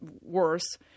worse